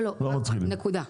לא, נקודה.